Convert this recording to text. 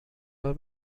بار